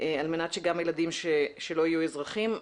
על מנת שגם הילדים שלו יהיו אזרחים.